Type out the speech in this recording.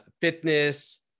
fitness